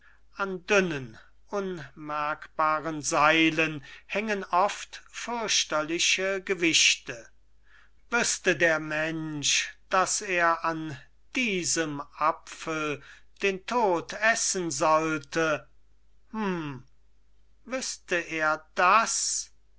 an dünnen unmerkbaren seilen hängen oft fürchterliche gewichte wüßte der mensch daß er an diesem apfel den tod essen sollte hum wüßte er das